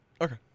Okay